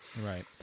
Right